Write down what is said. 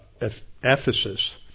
Ephesus